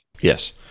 Yes